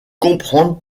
comprendre